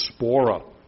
spora